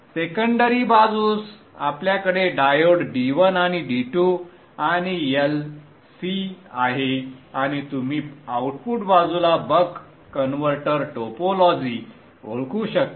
secondary बाजूस आपल्याकडे diode D1 आणि D2 आणि L C आहे आणि तुम्ही आउटपुट बाजूला बक कन्व्हर्टर टोपोलॉजी ओळखू शकता